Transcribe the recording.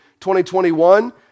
2021